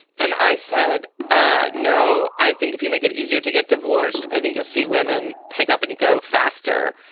and i said, ah no, i think if you make it easier to get divorced, i think you'll see women pick up and go faster.